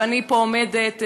ואני עומדת פה,